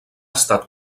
estat